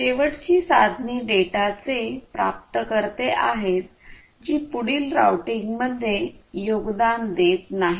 शेवटची साधने डेटाचे प्राप्तकर्ते आहेत जी पुढील राउटिंगमध्ये योगदान देत नाहीत